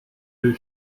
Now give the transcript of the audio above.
les